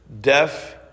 deaf